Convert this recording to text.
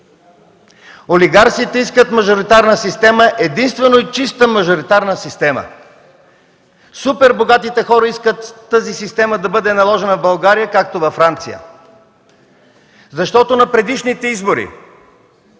Олигарсите искат мажоритарна система – единствено чиста мажоритарна система! Супер богатите хора искат тази система да бъде наложена в България, както във Франция. На предишните избори